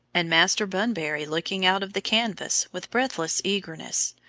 and master bunbury looking out of the canvas with breathless eagerness,